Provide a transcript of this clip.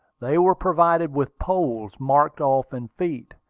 they were provided with poles, marked off in feet.